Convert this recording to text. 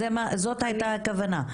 זו הייתה הכוונה,